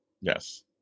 Yes